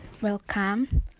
welcome